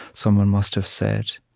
someone must have said.